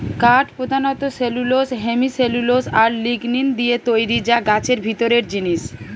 কাঠ পোধানত cellulose, hemicellulose আর লিগনিন দিয়ে তৈরি যা গাছের ভিতরের জিনিস